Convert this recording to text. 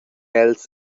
els